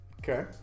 Okay